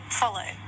follow